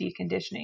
deconditioning